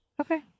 Okay